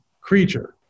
creature